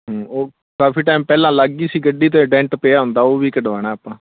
ਹੂੰ ਉਹ ਕਾਫ਼ੀ ਟੈਮ ਪਹਿਲਾਂ ਲੱਗ ਗਈ ਸੀ ਗੱਡੀ ਅਤੇ ਡੈਂਟ ਪਿਆ ਹੋਇਆ ਉਹ ਦਾ ਉਹ ਵੀ ਕਢਵਾਉਣਾ ਆਪਾਂ